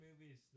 movies